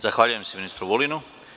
Zahvaljujem se ministru Vulinu.